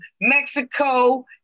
Mexico